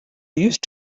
used